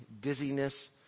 dizziness